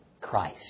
Christ